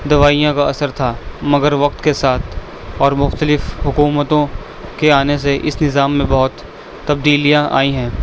دوائیاں کا اثر تھا مگر وقت کے ساتھ اور مختلف حکومتوں کے آنے سے اس نظام میں بہت تبدیلیاں آئی ہیں